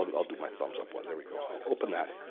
um i'll do my thumbs up one. there we go. i'll open that.